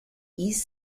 east